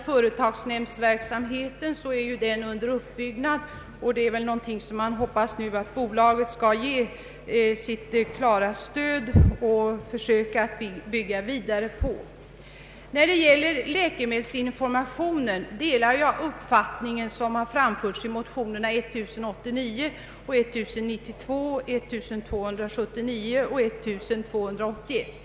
Företagsnämndsverksamheten är också under uppbyggnad, och man hoppas att bolaget skall ge denna verksamhet sitt klara stöd. När det gäller läkemedelsinformationen delar jag uppfattningen som framförts i motionerna I: 1089 och II: 1281 samt I: 1092 och II: 1279.